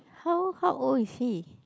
how how old is he